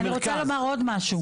אני רוצה לומר עוד משהו,